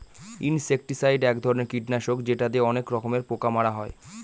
insecticide এক ধরনের কীটনাশক যেটা দিয়ে অনেক রকমের পোকা মারা হয়